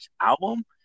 album